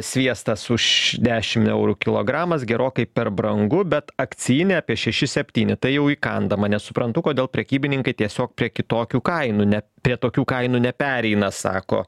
sviestas už dešim eurų kilogramas gerokai per brangu bet akcijinė apie šeši septyni tai jau įkandama nesuprantu kodėl prekybininkai tiesiog prie kitokių kainų ne prie tokių kainų nepereina sako